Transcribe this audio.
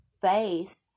faith